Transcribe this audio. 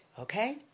okay